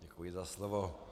Děkuji za slovo.